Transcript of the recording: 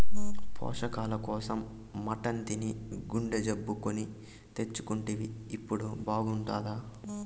పోషకాల కోసం మటన్ తిని గుండె జబ్బు కొని తెచ్చుకుంటివి ఇప్పుడు బాగుండాదా